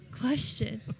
question